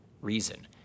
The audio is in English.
reason